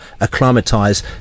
acclimatise